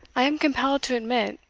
i am compelled to admit,